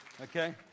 Okay